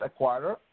acquirer